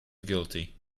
guilty